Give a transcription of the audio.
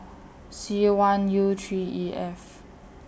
C one U three E F